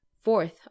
Fourth